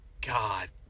God